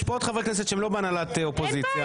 הדבר הכי חשוב לחברי הכנסת מהאופוזיציה הן ועדות הכנסת.